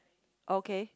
okay